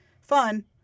fun